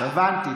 הבנתי.